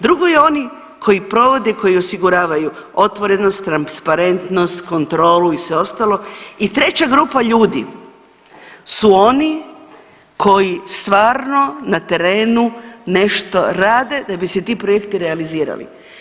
Drugo je oni koji provode i koji osiguravaju otvorenost, transparentnost, kontrolu i sve ostalo i treća grupa ljudi su oni koji stvarno na terenu nešto rade da bi se ti projekti realizirali.